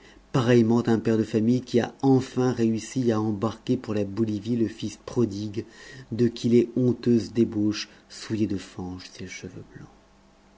pareillement un père de famille qui a enfin réussi à embarquer pour la bolivie le fils prodigue de qui les honteuses débauches souillaient de fange ses cheveux blancs